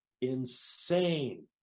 insane